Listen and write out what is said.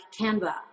Canva